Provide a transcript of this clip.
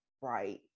right